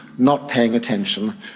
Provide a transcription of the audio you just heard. not paying attention.